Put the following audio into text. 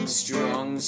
strong